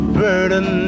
burden